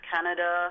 Canada